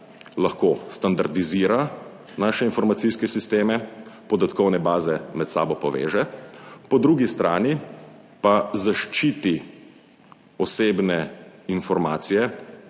lahko standardizira naše informacijske sisteme, podatkovne baze med sabo poveže. Po drugi strani pa zaščiti osebne informacije